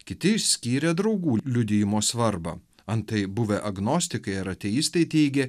kiti išskyrė draugų liudijimo svarbą antai buvę agnostikai ar ateistai teigė